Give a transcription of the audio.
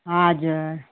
हजुर